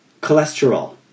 Cholesterol